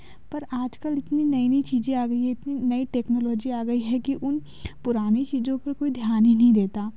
पर आज कल इतनी नए नए चीज़ें आ गई हैं इतनी नई टेक्नोलॉजी आ गई है कि उन पुरानी चीज़ों पर कोई ध्यान ही नहीं देता